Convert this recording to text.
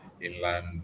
Inland